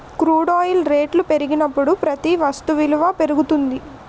crude oil రేట్లు పెరిగినప్పుడు ప్రతి వస్తు విలువ పెరుగుతుంది